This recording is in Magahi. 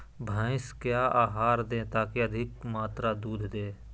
भैंस क्या आहार दे ताकि अधिक मात्रा दूध दे?